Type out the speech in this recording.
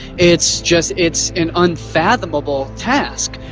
it's just it's an unfathomable task,